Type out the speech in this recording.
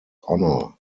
honor